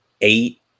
eight